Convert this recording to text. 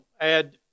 add